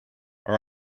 are